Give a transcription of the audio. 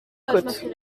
côte